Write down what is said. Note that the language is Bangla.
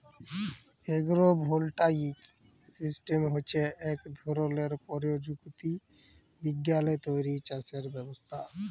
এগ্রো ভোল্টাইক সিস্টেম হছে ইক ধরলের পরযুক্তি বিজ্ঞালে তৈরি চাষের ব্যবস্থা